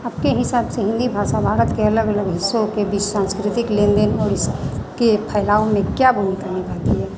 अब के हिसाब से हिन्दी भाषा भारत के अलग अलग हिस्सों के भी सांस्कृतिक लेन देन और इसके फैलाव में क्या भूमिका निभाती है